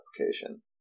application